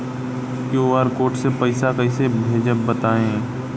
QR code से पईसा कईसे भेजब बताई?